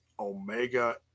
Omega